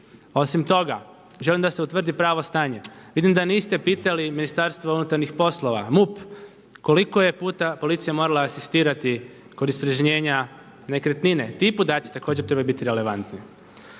osim toga želim da se utvrdi pravo stanje. Vidim da niste pitali Ministarstvo unutarnjih poslova, MUP, koliko je puta policija morala asistirati kod …/Govornik se ne razumije./… nekretnine. Ti podaci također trebaju biti relevantni.